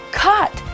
cut